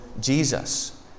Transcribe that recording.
Jesus